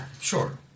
sure